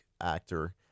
actor